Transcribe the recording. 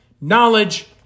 knowledge